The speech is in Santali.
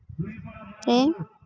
ᱨᱮ